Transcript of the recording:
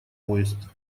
поезд